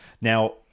Now